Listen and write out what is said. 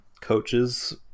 coaches –